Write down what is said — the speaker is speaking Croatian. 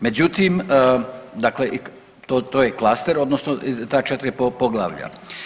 Međutim, dakle to, to je Klaster odnosno ta 4 poglavlja.